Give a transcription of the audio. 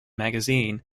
magazine